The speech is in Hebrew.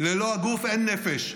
ללא הגוף אין נפש.